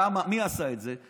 מי עשה את זה?